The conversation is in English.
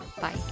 Bye